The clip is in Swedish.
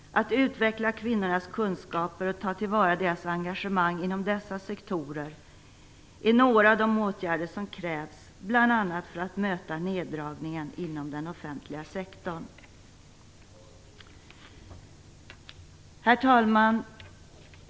Att utveckla kvinnornas kunskaper och ta till vara deras engagemang inom dessa sektorer är några av de åtgärder som krävs, bl.a. för att möta neddragningen inom den offentliga sektorn. Herr talman!